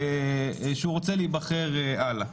שהוא רוצה להיבחר הלאה.